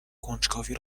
کنجکاوی